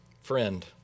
friend